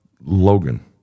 Logan